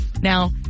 now